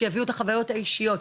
שיביאו את החוויות האישיות.